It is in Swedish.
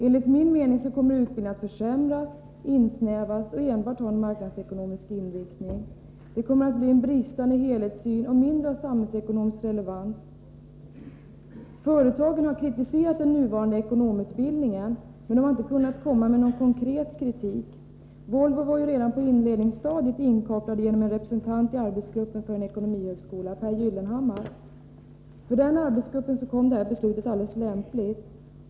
Enligt min mening kommer utbildningen att försämras, bli snävare och enbart ha en marknadsekonomisk inriktning. Det kommer att bli en bristande helhetssyn och mindre av samhällsekonomisk relevans. Företagen har kritiserat den nuvarande ekonomutbildningen, men de har inte kunnat komma med någon konkret kritik. Volvo var ju redan på inledningsstadiet inkopplat genom en representant i arbetsgruppen för en ekonomihögskola, Pehr Gyllenhammar. För den arbetsgruppen kom det här beslutet mycket lämpligt.